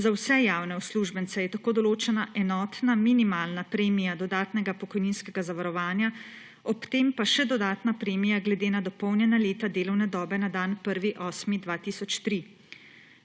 Za vse javne uslužbence je tako določena enotna minimalna premija enotnega pokojninskega zavarovanja, ob tem pa še dodatna premija glede na dopolnjena leta delovne dobe na dan 1. 8. 2003.